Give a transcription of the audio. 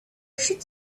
should